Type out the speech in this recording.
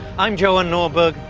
i'm johan norberg,